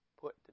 put